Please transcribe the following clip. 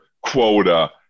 quota